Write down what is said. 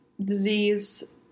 disease